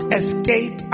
escape